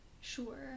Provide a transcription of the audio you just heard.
sure